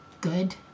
good